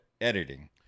editing